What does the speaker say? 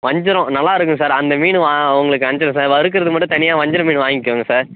வஞ்சரம் நல்லா இருக்கும் சார் அந்த மீன் வா உங்களுக்கு அனுப்பிச்சி விடுறேன் சார் வறுக்கிறது மட்டும் தனியா வஞ்சரை மீன் வாய்ங்கோங்க சார்